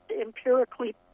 empirically